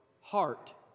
heart